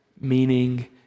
meaning